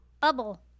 Bubble